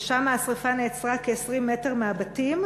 ושם השרפה נעצרה כ-20 מטר מהבתים,